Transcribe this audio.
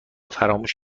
فراموش